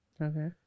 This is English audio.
Okay